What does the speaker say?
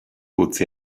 utzi